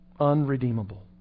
unredeemable